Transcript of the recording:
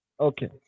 Okay